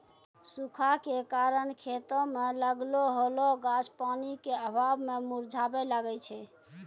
सूखा के कारण खेतो मे लागलो होलो गाछ पानी के अभाव मे मुरझाबै लागै छै